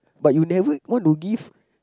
but you never want to give